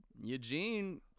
Eugene